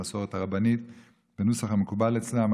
המסורת הרבנית בנוסח המקובל אצלם,